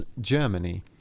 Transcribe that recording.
Germany